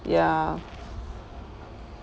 ya